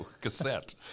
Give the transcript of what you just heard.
cassette